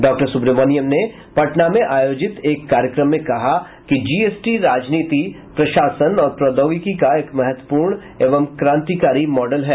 डॉ सुब्रमनियन ने पटना में आयोजित एक कार्यक्रम में कहा कि जीएसटी राजनीति प्रशासन और प्रौद्योगिकी का एक महत्वपूर्ण एवं क्रांतिकारी मॉडल है